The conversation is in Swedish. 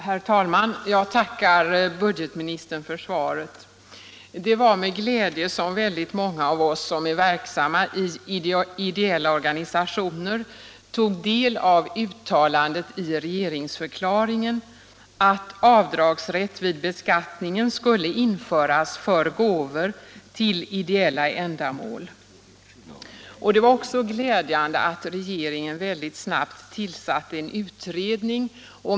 Herr talman! Jag tackar budgetministern för svaret på min fråga. Det var med glädje som väldigt många av oss som är verksamma i ideella organisationer tog del av uttalandet i regeringsförklaringen att avdragsrätt vid beskattningen skulle införas för gåvor till ideella ändamål. Det var också glädjande att regeringen snabbt tillsatte en utredning.